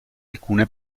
alcune